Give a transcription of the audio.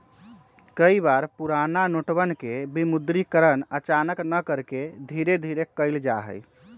कई बार पुराना नोटवन के विमुद्रीकरण अचानक न करके धीरे धीरे कइल जाहई